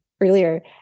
earlier